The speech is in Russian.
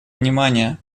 внимания